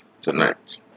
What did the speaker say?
tonight